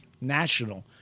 National